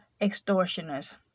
extortioners